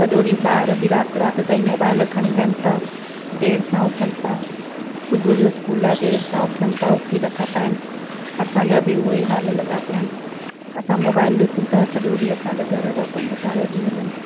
सॼो ॾींहुं ॿार बि राति राति ताईं मोबाइल खणी वेहनि था देरि सां उथनि था सुबुह जो सकूल लाइ देरि सां उथनि था उथी नथा पाइनि असांजा बि उहेई हाल लॻा पिया आहिनि असां मोबाइल ॾिसूं था असां सॼ ॾींहुं असांजो घर जा कम त रहिजी वञनि